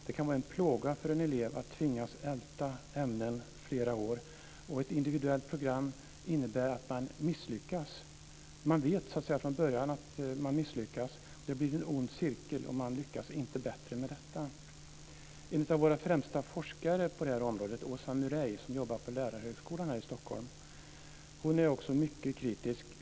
Det kan vara en plåga för en elev att tvingas älta ämnen flera år. Ett individuellt program innebär att man misslyckas. Man vet från början att man misslyckas. Det blir en ond cirkel, och man lyckas inte bättre med detta. En av våra främsta forskare på det här området, Åsa Murray, som jobbar på Lärarhögskolan här i Stockholm är också mycket kritisk.